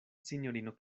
sinjorino